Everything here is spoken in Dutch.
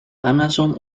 amazon